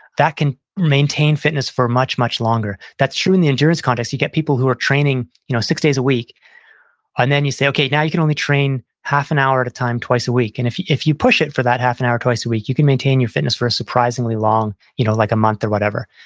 that can maintain fitness for much, much longer. that's true in the insurance context. you get people who are training you know six days a week and then you say, okay. now, you can only train half an hour at a time, twice a week. and if you if you push it for that half an hour, twice a week, you can maintain your fitness for a surprisingly long you know like a month or whatever.